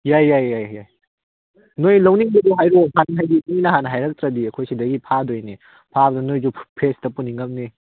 ꯌꯥꯏ ꯌꯥꯏ ꯌꯥꯏ ꯌꯥꯏ ꯅꯣꯏ ꯂꯧꯅꯤꯡꯕꯗꯣ ꯍꯥꯏꯔꯛꯑꯣ ꯍꯥꯟꯅ ꯍꯥꯏꯗꯤ ꯃꯤꯅ ꯍꯥꯟꯅ ꯍꯥꯏꯔꯛꯇ꯭ꯔꯗꯤ ꯑꯩꯈꯣꯏꯁꯤꯗꯒꯤ ꯐꯥꯗꯣꯏꯅꯦ ꯐꯥꯕꯗꯣ ꯅꯣꯏꯁꯨ ꯐ꯭ꯔꯦꯁꯇ ꯄꯨꯅꯤꯡꯉꯝꯅꯤ